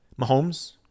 Mahomes